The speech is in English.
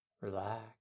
relax